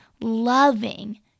loving